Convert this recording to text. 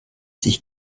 sich